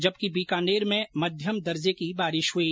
जबकि बीकानेर में मध्यम दर्जे की बारिश हुई